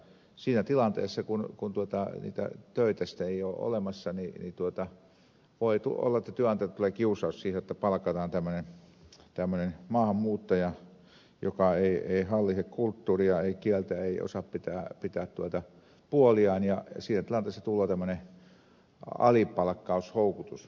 siinä tilanteessa kun niitä töitä ei ole olemassa niin voi olla että työnantajalle tulee kiusaus jotta palkataan tämmöinen maahanmuuttaja joka ei hallitse kulttuuria ei kieltä ei osaa pitää puoliaan ja siinä tilanteessa tulee tämmöinen alipalkkaushoukutus